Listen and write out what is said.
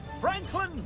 Franklin